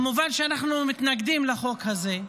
כמובן שאנחנו מתנגדים לחוק הזה,